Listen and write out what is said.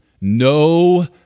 No